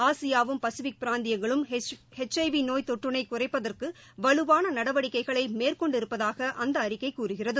ஆசியாவும் Pacific பிராந்தியங்களும் HIV நோய் தொற்றினை குறைப்பதற்கு வலுவாள நடவடிக்கைகளை மேற்கொண்டிருப்பதாக அந்த அறிக்கை கூறுகிறது